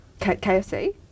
KFC